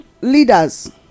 leaders